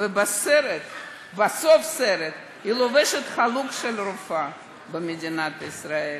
ובסוף הסרט היא לובשת חלוק של רופאה במדינת ישראל.